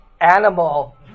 animal